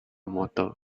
motor